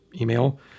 email